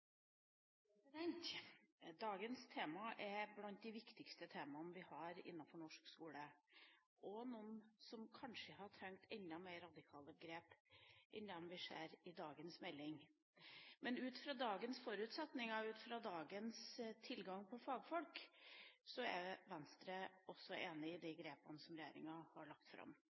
til. Dagens tema er blant de viktigste temaer vi har innenfor norsk skole, og er noe som kanskje hadde trengt enda mer radikale grep enn dem vi ser i den meldinga vi behandler i dag. Men ut fra dagens forutsetninger og ut fra dagens tilgang på fagfolk er Venstre også enig i de grepene som regjeringa har lagt fram,